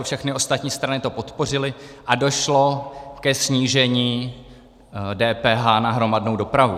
Všechny ostatní strany to podpořily a došlo ke snížení DPH na hromadnou dopravu.